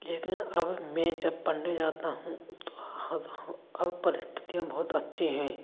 लेकिन अब मैं जब पढ़ने जाता हूँ तो अब परिस्थितियाँ बहुत अच्छी हैं